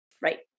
Right